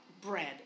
bread